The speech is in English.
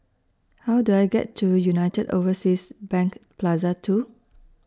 How Do I get to United Overseas Bank Plaza two